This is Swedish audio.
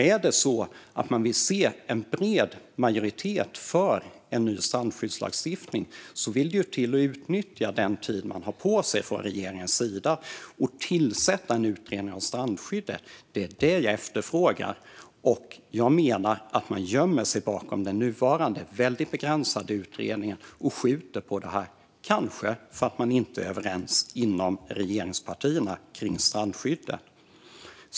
Är det så att regeringen vill se en bred majoritet för en ny strandsskyddslagstiftning vill det till att man utnyttjar tiden man har på sig och tillsätter en utredning av strandskyddet. Det är det jag efterfrågar. Jag menar att man gömmer sig bakom den nuvarande, väldigt begränsade utredningen och skjuter på det - kanske för att man inte är överens inom regeringspartierna om strandskyddet.